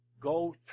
go